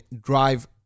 drive